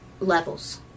levels